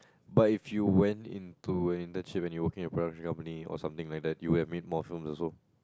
but if you went into an internship and you work in a private company or something like that you would have made more films also